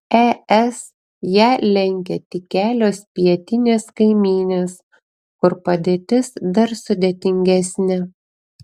es ją lenkia tik kelios pietinės kaimynės kur padėtis dar sudėtingesnė